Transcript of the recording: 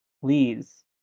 Please